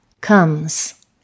comes